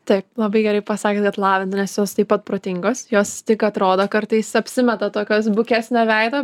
taip labai gerai pasakėt kad lavina nes jos taip pat protingos jos tik atrodo kartais apsimeta tokios bukesnio veido